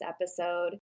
episode